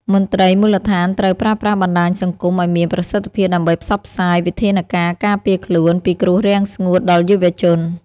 មន្ត្រីមូលដ្ឋានត្រូវប្រើប្រាស់បណ្តាញសង្គមឱ្យមានប្រសិទ្ធភាពដើម្បីផ្សព្វផ្សាយវិធានការការពារខ្លួនពីគ្រោះរាំងស្ងួតដល់យុវជន។